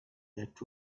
that